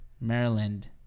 Maryland